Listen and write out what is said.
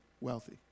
wealthy